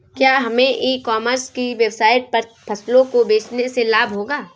क्या हमें e commerce की वेबसाइट पर फसलों को बेचने से लाभ होगा?